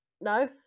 No